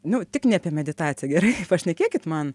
nu tik ne apie meditaciją gerai pašnekėkit man